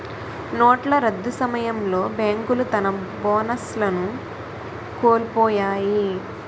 నోట్ల రద్దు సమయంలో బేంకులు తన బోనస్లను కోలుపొయ్యాయి